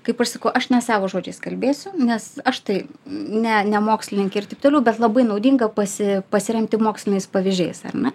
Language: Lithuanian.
kaip aš sakau aš ne savo žodžiais kalbėsiu nes aš tai ne ne mokslininkė ir taip toliau bet labai naudinga pasi pasiremti moksliniais pavyzdžiais ar ne